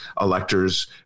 electors